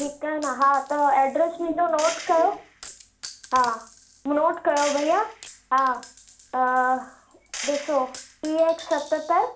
ठीकु आहे न हा त एड्रेस मुंहिंजो नोट कयो हा नोट कयो भैया हा त ॾिसो टीह हिक सतहतरि